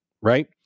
right